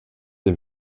dem